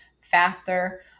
faster